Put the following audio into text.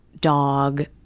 dog